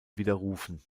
widerrufen